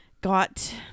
got